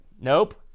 Nope